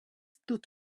tut